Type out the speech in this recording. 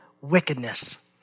wickedness